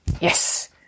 Yes